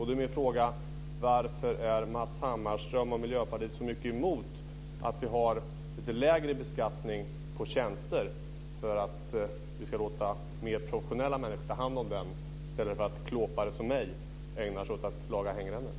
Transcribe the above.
Då är min fråga: Varför är Matz Hammarström och Miljöpartiet så mycket emot att vi har lite lägre beskattning på tjänster, så att vi kan låta mer professionella människor ta hand om saker i stället för att klåpare som jag ägnar sig åt att laga hängrännor?